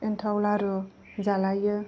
एन्थाव लारु जालायो